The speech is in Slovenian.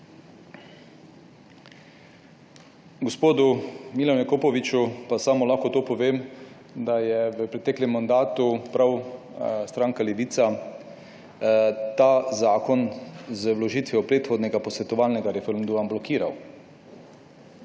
Gospodu Milanu Jakopoviču pa lahko samo to povem, da je v preteklem mandatu prav stranka Levica ta zakon z vložitvijo predhodnega posvetovalnega referenduma blokirala.